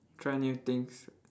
try new things